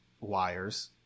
wires